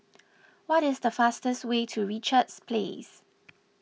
what is the fastest way to Richards Place